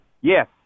Yes